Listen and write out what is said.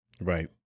right